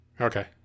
Okay